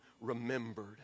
remembered